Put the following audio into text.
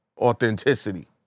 authenticity